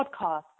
Podcast